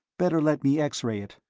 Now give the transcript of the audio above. better let me x-ray it.